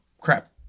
crap